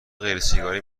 غیرسیگاری